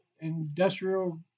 Industrial